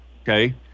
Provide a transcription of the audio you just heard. okay